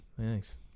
Thanks